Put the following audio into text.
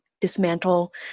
dismantle